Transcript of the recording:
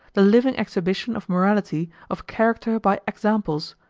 the living exhibition of morality of character by examples,